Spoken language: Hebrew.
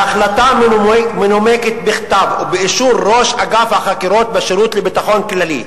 בהחלטה מנומקת בכתב ובאישור ראש אגף החקירות בשירות לביטחון כללי,